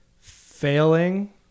failing